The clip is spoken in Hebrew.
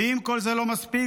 ואם כל זה לא מספיק,